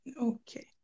Okay